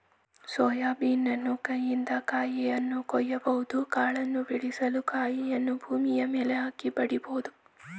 soya ಬೀನನ್ನು ಕೈಯಿಂದ ಕಾಯಿಯನ್ನು ಕೊಯ್ಯಬಹುದು ಕಾಳನ್ನು ಬಿಡಿಸಲು ಕಾಯಿಯನ್ನು ಭೂಮಿಯ ಮೇಲೆ ಹಾಕಿ ಬಡಿಬೋದು